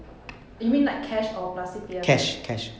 you mean like cash or plus C_P_F